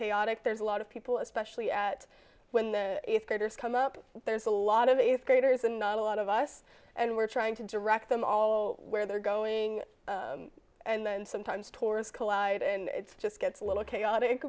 chaotic there's a lot of people especially at when if there's come up there's a lot of eighth graders and not a lot of us and we're trying to direct them all where they're going and then sometimes tours collide and it's just gets a little chaotic